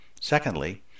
Secondly